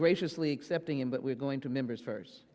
graciously accepting him but we're going to members first